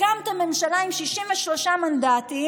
הקמתם ממשלה עם 63 מנדטים,